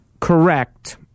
correct